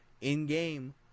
in-game